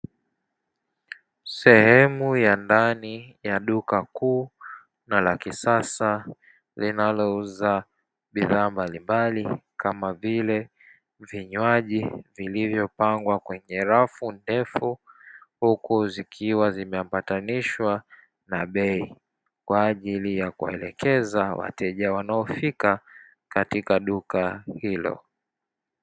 Sehemu ya ndani ya duka kuu na la kisasa linalouza bidhaa mbalimbali kama vile vinywaji vilivyopangwa kwenye rafu ndefu huku zikiwa zimeambatanishwa na bei, kwa ajili ya kuwaelekeza wateja wanaofika katika duka hilo.